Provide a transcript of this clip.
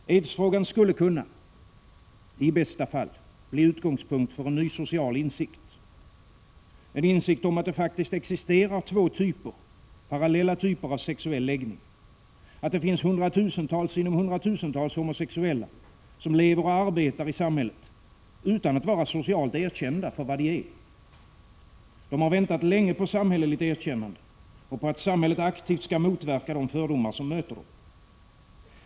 Aidsfrågan skulle kunna — i bästa fall — bli utgångspunkt för en ny social insikt, en insikt om att det faktiskt existerar två parallella typer av sexuell läggning, att det finns hundratusentals sinom hundratusentals homosexuella som lever och arbetar i samhället utan att vara socialt erkända för vad de är. De har väntat länge på samhälleligt erkännande och på att samhället aktivt skall motverka de fördomar som möter dem.